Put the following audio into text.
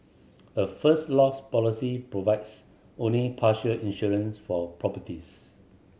a First Loss policy provides only partial insurance for properties